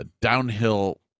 downhill